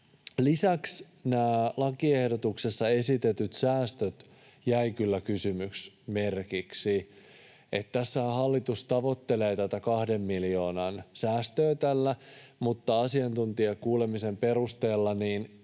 Lisäksi nämä lakiehdotuksessa esitetyt säästöt jäivät kyllä kysymysmerkiksi. Hallitushan tavoittelee tätä kahden miljoonan säästöä tällä, mutta asiantuntijakuulemisen perusteella